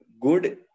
good